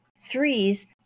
threes